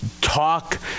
Talk